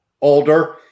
older